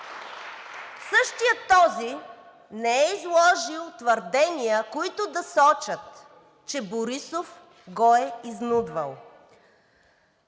Същият този не е изложил твърдения, които да сочат, че Борисов го е изнудвал.